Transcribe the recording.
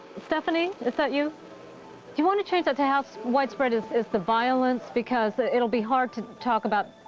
stephanie, is that you? do you want to change that to how so widespread is, is the violence because ah it'll be hard to talk about,